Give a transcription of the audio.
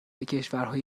کشورهای